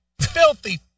Filthy